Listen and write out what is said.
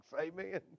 Amen